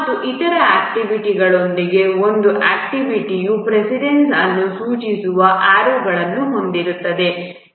ಮತ್ತು ಇತರ ಆಕ್ಟಿವಿಟಿಗಳೊಂದಿಗೆ ಒಂದು ಆಕ್ಟಿವಿಟಿಯ ಪ್ರೆಸಿಡೆನ್ಸ್ ಅನ್ನು ಸೂಚಿಸುವ ಆರೋಗಳನ್ನು ಹೊಂದಿರುತ್ತದೆ